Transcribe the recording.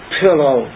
pillow